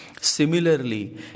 Similarly